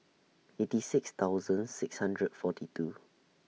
eighty six thousand six hundred forty two